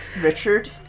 Richard